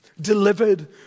delivered